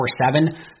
24-7